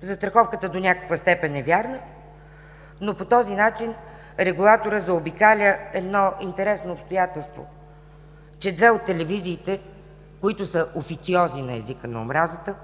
Застраховката до някаква степен е вярна, но по този начин регулаторът заобикаля едно интересно обстоятелство, че две от телевизиите, които са официози на езика на омразата,